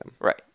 Right